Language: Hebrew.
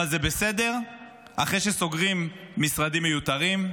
אבל זה בסדר אחרי שסוגרים משרדים מיותרים,